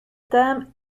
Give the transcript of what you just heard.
term